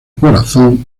corazón